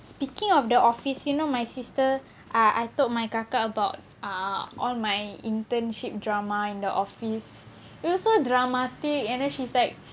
speaking of the office you know my sister ah I told my kakak about uh all my internship drama in the office it was so dramatic and then she is like